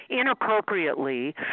inappropriately